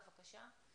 בבקשה.